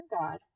God